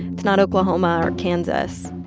it's not oklahoma or kansas.